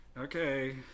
okay